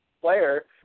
player